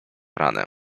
ranę